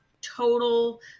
total